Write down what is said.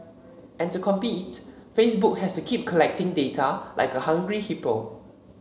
and to compete Facebook has to keep collecting data like a hungry hippo